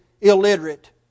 illiterate